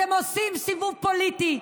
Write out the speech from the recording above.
אתם עושים סיבוב פוליטי,